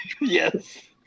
Yes